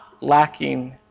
lacking